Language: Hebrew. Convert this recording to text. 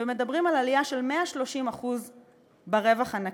שמדברים על עלייה של 130% ברווח הנקי,